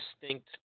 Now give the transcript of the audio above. distinct